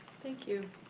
thank you.